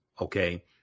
okay